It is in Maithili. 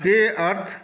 के अर्थ